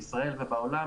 בישראל ובעולם,